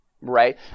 right